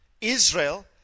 Israel